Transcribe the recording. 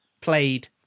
Played